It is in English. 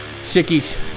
Sickies